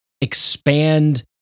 expand